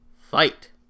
fight